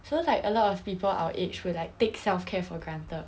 so like a lot of people our age would like take self care for granted